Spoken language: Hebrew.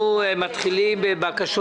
אנחנו מתחילים בבקשות